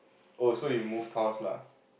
oh so you moved house lah